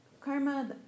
Karma